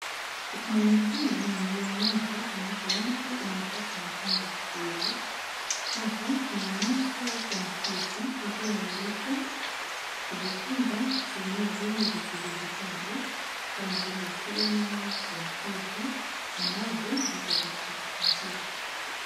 Teknolojia ni njia moja ambapo watu wanapata mafunzo siku hizi. Hapa, tunaonyeshwa kompyuta inayoandikwa kujifunza kutumia vyombo vya kidijitali kama vile simu kompyuta, ambavyo viko katika picha hii.